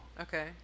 Okay